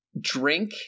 drink